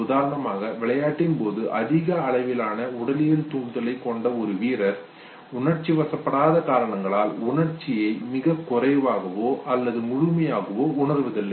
உதாரணமாக விளையாட்டின்போது அதிக அளவிலான உடலியல் தூண்டுதலை கொண்ட ஒரு வீரர் உணர்ச்சிவசப்படாத காரணங்களால் உணர்ச்சியை மிகக் குறைவாகவோ அல்லது முழுமையாக உணர்வதில்லை